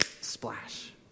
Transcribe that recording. splash